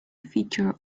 feature